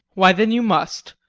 why, then you must.